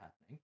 happening